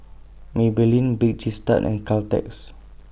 Maybelline Bake Cheese Tart and Caltex